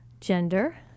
gender